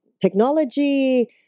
technology